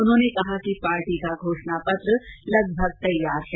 उन्होंने कहा कि पार्टी को घोषणा पत्र लगभग तैयार है